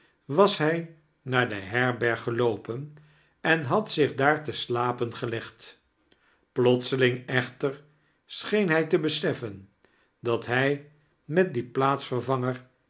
was hij naar de herbearg geloopen en had zich daar te slapen ge legd ploteeling eohter scheen hij te beseffen dat hij met dien plaatsvervangetr